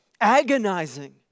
agonizing